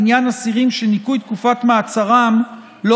לעניין אסירים שניכוי תקופת מעצרם לא